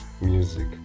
music